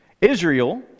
Israel